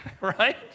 Right